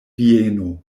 vieno